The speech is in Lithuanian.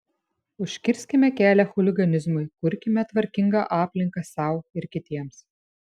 užkirskime kelią chuliganizmui kurkime tvarkingą aplinką sau ir kitiems